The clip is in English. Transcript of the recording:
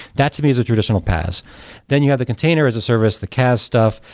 that to me is a traditional paas then you have the container as a service, the caas stuff.